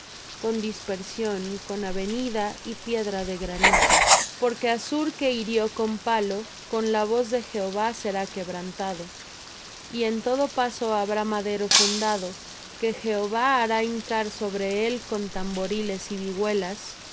con dispersión con avenida y piedra de granizo porque assur que hirió con palo con la voz de jehová será quebrantado y en todo paso habrá madero fundado que jehová hará hincar sobre él con tamboriles y vihuelas